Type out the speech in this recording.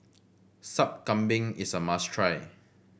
Sup Kambing is a must try